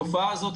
התופעה הזאת,